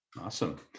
Awesome